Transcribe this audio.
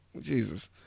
Jesus